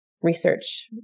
research